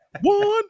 one